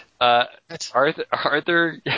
Arthur